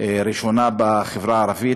ראשונה בחברה הערבית.